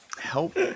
help